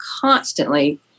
constantly